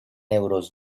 euros